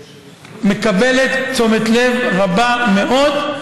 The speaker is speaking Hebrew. מקבלת תשומת לב רבה מאוד.